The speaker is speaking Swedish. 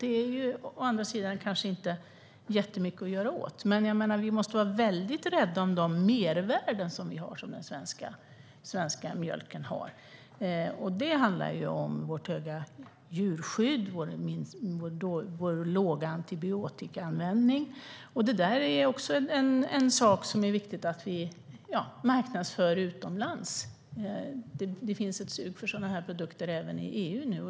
Det finns kanske inte mycket att göra åt det. Men vi måste vara väldigt rädda om de mervärden som den svenska mjölken har. Det handlar om vårt starka djurskydd och vår låga antibiotikaanvändning. Det är viktigt att vi marknadsför det utomlands. Det finns ett sug efter sådana produkter även i EU nu.